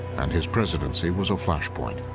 and his presidency was a flash point.